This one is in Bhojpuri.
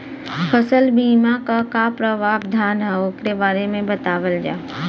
फसल बीमा क का प्रावधान हैं वोकरे बारे में बतावल जा?